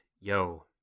yo